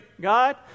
God